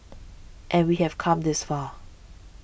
and we have come this far